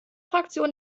fraktion